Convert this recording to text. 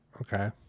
Okay